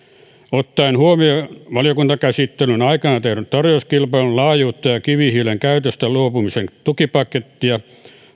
ottaen huomioon valiokuntakäsittelyn aikana tehdyt tarjouskilpailun laajuutta ja kivihiilen käytöstä luopumisen tukipakettia